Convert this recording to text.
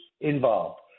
involved